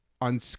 on